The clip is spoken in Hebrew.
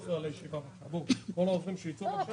נותן את החיוב בהיטל למשאבי טבע אחרים שאינם נפט וגז.